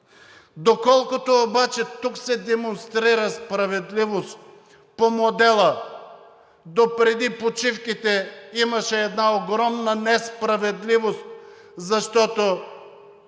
Доколкото обаче тук се демонстрира справедливост по модела допреди почивките, имаше една огромна несправедливост, защото